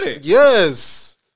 Yes